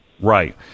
right